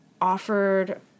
offered